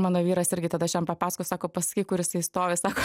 mano vyras irgi tada aš jam papasakojau sako pasakyk kur jisai stovi sako